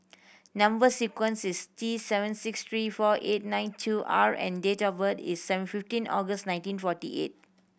number sequence is T seven six three four eight nine two R and date of birth is seven fifteen August nineteen forty eight